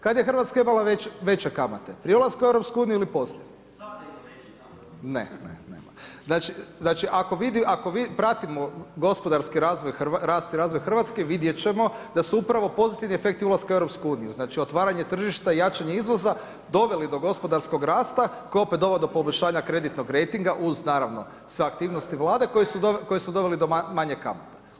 Kad je Hrvatska imala veće kamate pri ulasku u EU ili poslije? … [[Upadica Pernar, ne razumije se.]] Znači ako mi pratimo gospodarski rast i razvoj Hrvatske vidjet ćemo da su upravo pozitivni efekti ulaska u EU, znači otvaranje tržišta i jačanje izvoza doveli do gospodarskog rasta koji opet dovode do poboljšanja kreditnog rejtinga uz naravno sve aktivnosti Vlade koji su doveli do manje kamate.